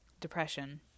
depression